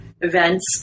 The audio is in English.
events